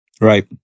Right